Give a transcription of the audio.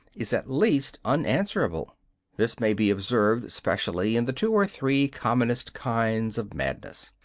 is at least unanswerable this may be observed specially in the two or three commonest kinds of madness.